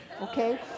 okay